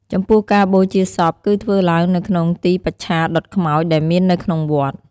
ចំពោះការបូជាសពគឺធ្វើឡើងនៅក្នុងទីបច្ឆាដុតខ្មោច ដែលមាននៅក្នុងវត្ត។